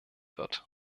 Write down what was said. wird